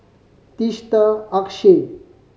Teesta Akshay